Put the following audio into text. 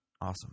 Awesome